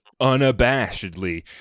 unabashedly